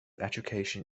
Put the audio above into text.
education